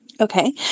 Okay